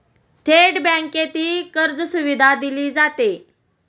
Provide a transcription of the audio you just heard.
थेट बँकेतही कर्जसुविधा दिली जाते